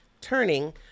Turning